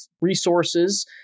resources